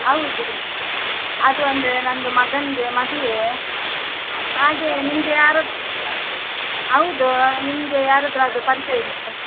ಹೌದು ಅದು ಒಂದು ನನ್ನದು ಮಗಂಗೆ ಮದುವೆ ಹಾಗೇ ನಿಮಗೆ ಯಾರದ್ದು ಹೌದೂ ನಿಮಗೆ ಯಾರದ್ದಾದರು ಪರಿಚಯ ಉಂಟ